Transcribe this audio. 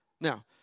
Now